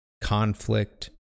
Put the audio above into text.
conflict